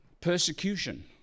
persecution